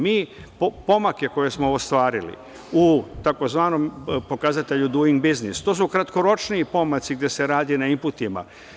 Mi pomake koje smo ostvarili u tzv. pokazatelju Duing biznis, to su kratkoročni pomaci gde se radi na inputima.